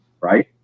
Right